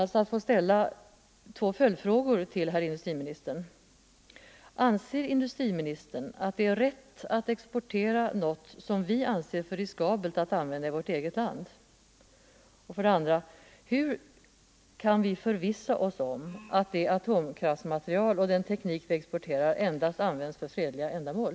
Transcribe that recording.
Jag ber att få ställa två följdfrågor till herr industriministern: 1. Anser industriministern att det är rätt att exportera något som vi finner för riskabelt att använda i vårt eget land? 2. Hur kan vi förvissa oss om att det atommaterial och den teknik vi exporterar endast används för fredliga ändamål?